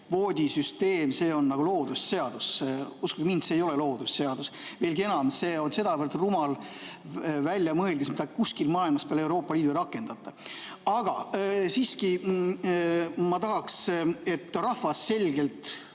süsteem on nagu loodusseadus. Uskuge mind, see ei ole loodusseadus. Veelgi enam, see on sedavõrd rumal väljamõeldis, mida kuskil maailmas peale Euroopa Liidu ei rakendata. Aga siiski ma tahaks, et rahvas, kes